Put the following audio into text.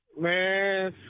Man